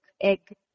egg